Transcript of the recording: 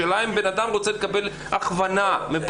אלה בדיקות שמוכרות על ידי משרד הבריאות ומאושרות.